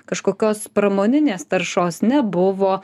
kažkokios pramoninės taršos nebuvo